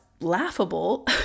laughable